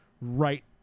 right